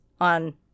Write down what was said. on